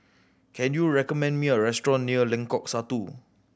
can you recommend me a restaurant near Lengkok Satu